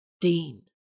Dean